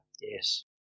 Yes